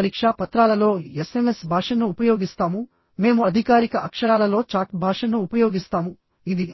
మేము పరీక్షా పత్రాలలో ఎస్ఎంఎస్ భాషను ఉపయోగిస్తాము మేము అధికారిక అక్షరాలలో చాట్ భాషను ఉపయోగిస్తాము ఇది